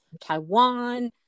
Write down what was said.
Taiwan